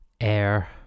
air